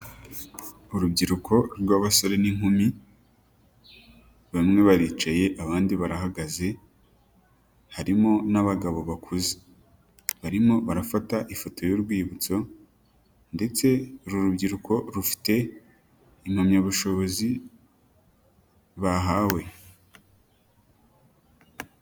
Urubyiruko rw'abasore n'inkumi, bamwe baricaye abandi barahagaze, harimo n'abagabo bakuze. Barimo barafata ifoto y'urwibutso ndetse uru rubyiruko rufite impamyabushobozi bahawe.